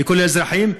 לכל האזרחים,